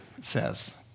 says